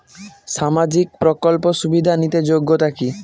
সামাজিক প্রকল্প সুবিধা নিতে যোগ্যতা কি?